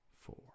four